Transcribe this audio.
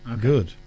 good